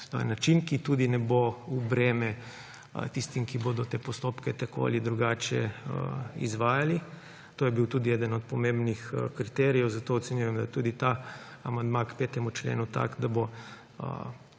način, ki tudi ne bo v breme tistim, ki bodo te postopke tako ali drugače izvajali. To je bil tudi eden od pomembnih kriterijev, zato ocenjujem, da je tudi ta amandma k 5. členu tak, da bo